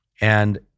And-